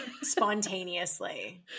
spontaneously